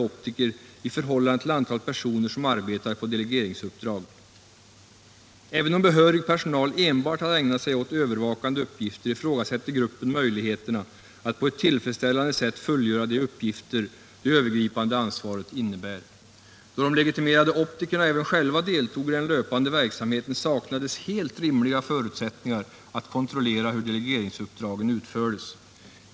optiker i förhållande till antalet personer som arbetade på delegeringsuppdrag. Även om behörig personal enbart hade ägnat sig åt övervakande uppgifter ifrågasätter gruppen möjligheterna att på ett tillfredsställande sätt fullgöra de uppgifter det övergripande ansvaret innebär. Då de leg. optikerna även själva deltog i den löpande verksamheten saknades helt rimliga förutsättningar att kontrollera hur delegeringsuppdragen utfördes.